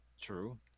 True